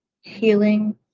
healing